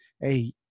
hey